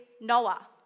Noah